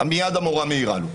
מיד המורה מעירה לו.